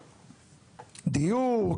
דיור,